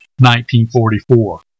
1944